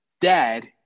dad